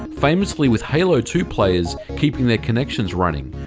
and famously with halo two players keeping their connections running.